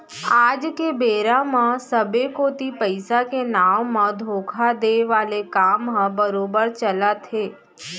आज के बेरा म सबे कोती पइसा के नांव म धोखा देय वाले काम ह बरोबर चलत हे